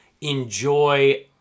enjoy